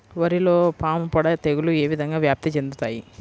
వరిలో పాముపొడ తెగులు ఏ విధంగా వ్యాప్తి చెందుతాయి?